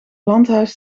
landhuis